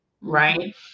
right